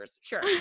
sure